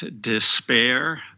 despair